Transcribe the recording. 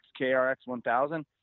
KRX-1000